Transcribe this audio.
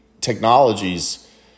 technologies